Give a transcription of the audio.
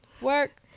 work